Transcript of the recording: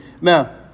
Now